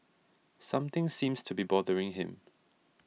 something seems to be bothering him